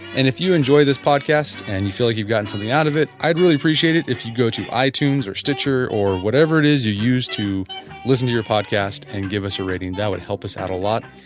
and if you enjoy this podcast and you feel like you've got something out of it, i would really appreciate it if you go to itunes or stitcher or whatever it is you use to listen to your podcast and give us a rating. that would help us out a lot.